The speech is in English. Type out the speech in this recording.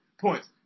points